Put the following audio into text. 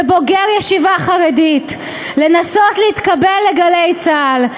ובוגר ישיבה חרדית, "לנסות להתקבל ל'גלי צה"ל'.